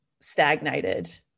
stagnated